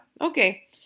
Okay